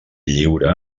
lliure